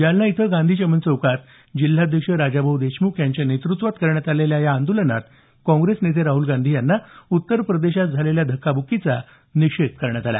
जालना इथं गांधी चमन चौकात जिल्हाध्यक्ष राजाभाऊ देशमुख यांच्या नेतृत्वात करण्यात आलेल्या आंदोलनात काँग्रेस नेते राहुल गांधी यांना उत्तर प्रदेशात झालेल्या धक्काब्क्कीचा निषेध करण्यात आला